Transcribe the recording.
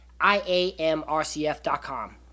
IAMRCF.com